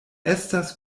estas